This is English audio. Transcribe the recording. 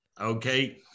Okay